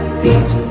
beat